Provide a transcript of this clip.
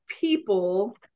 people